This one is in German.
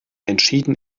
entschieden